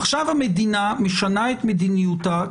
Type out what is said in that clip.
עכשיו המדינה משנה את מדיניותה.